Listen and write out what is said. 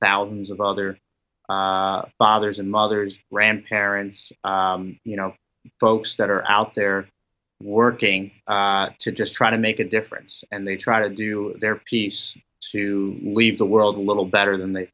thousands of other fathers and mothers grandparents you know folks that are out there working to just try to make a difference and they try to do their piece to leave the world a little better than they